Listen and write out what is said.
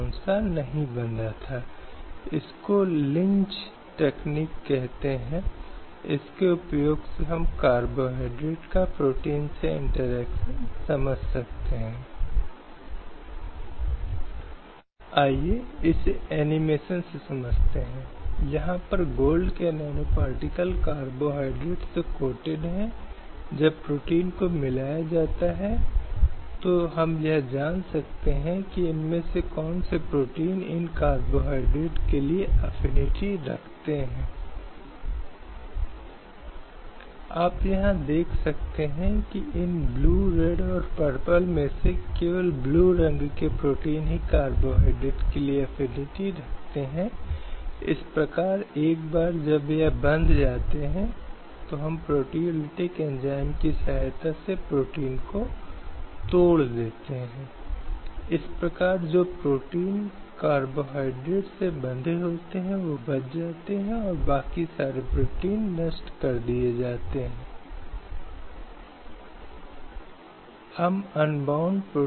क्योंकि यह अनुच्छेद 15 के भीतर अर्हता प्राप्त करेगा जहां राज्यों को यह सुनिश्चित करने के लिए प्रभावी कदम उठाने का अधिकार है कि महिलाओं और बच्चों के लिए हित और पदोन्नति को बढ़ावा दिया जाए और अधिकारों के हनन की पीढ़ियों के दुरुपयोग का पीढ़ियों लिया गया स्थान कुछ अवसरों के लिए सकारात्मक भेदभाव के माध्यम से कहीं भी पूर्ववत हो सकता है जो विशेष रूप से महिलाओं के लिए हैं और प्रत्येक सामान्य पुरुषों और महिलाओं के लिए नहीं